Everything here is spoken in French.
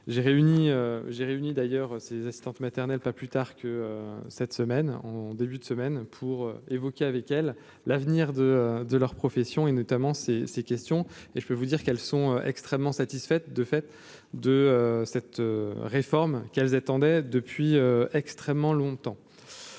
j'ai réuni d'ailleurs, c'est les assistantes maternelles, pas plus tard que cette semaine en début de semaine pour évoquer avec elle, l'avenir de de leur profession et notamment ces ces questions et je peux vous dire qu'elles sont extrêmement satisfaite de fait de cette réforme qu'elles attendaient depuis extrêmement longtemps